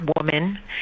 woman